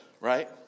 right